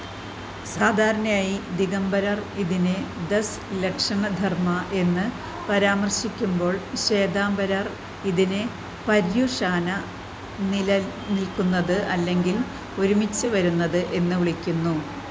സാധാരണയായി ദിഗംബരർ ഇതിനെ ദസ് ലക്ഷണ ധർമ്മ എന്ന് പരാമർശിക്കുമ്പോൾ ശ്വേതാംബരർ ഇതിനെ പര്യുഷാന നിലനിൽക്കുന്നത് അല്ലെങ്കിൽ ഒരുമിച്ച് വരുന്നത് എന്ന് വിളിക്കുന്നു